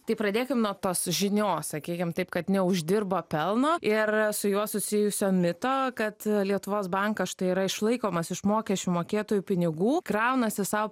tai pradėkim nuo tos žinios sakykim taip kad neuždirba pelno ir su juo susijusio mito kad lietuvos bankas štai yra išlaikomas iš mokesčių mokėtojų pinigų kraunasi sau